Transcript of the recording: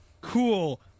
cool